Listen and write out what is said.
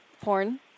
Porn